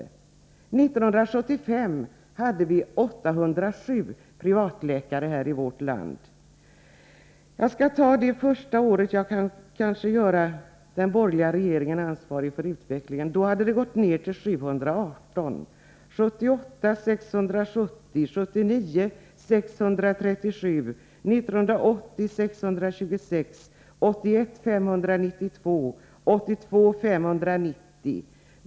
År 1975 hade vi 807 privatläkare i vårt land. Jag skall ta det första år då man kan göra den borgerliga regeringen ansvarig för utvecklingen. Då hade antalet gått ned till 718. År 1978 var siffran 670, år 1979 637, år 1980 626, år 1981 592 och år 1982 590.